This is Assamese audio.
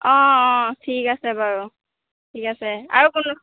অঁ অঁ ঠিক আছে বাৰু ঠিক আছে আৰু কোনো